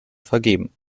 vergeben